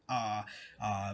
uh uh